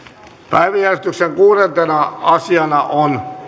päiväjärjestyksen kuudentena asiana on